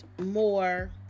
more